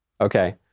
Okay